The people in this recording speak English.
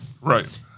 Right